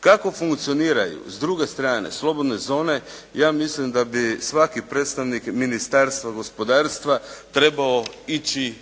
Kako funkcioniraju s druge strane slobodne zone, ja mislim da bi svaki predstavnik Ministarstva gospodarstva trebao ići